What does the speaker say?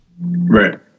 Right